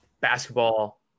basketball